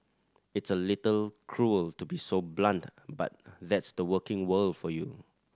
it's a little cruel to be so blunt but that's the working world for you